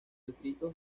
distritos